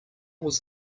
was